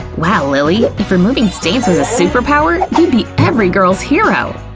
wow, lilly, if removing stains was a super-power, you'd be every girl's hero!